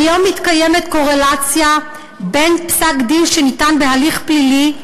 כיום מתקיימת קורלציה בין פסק-דין שניתן בהליך פלילי,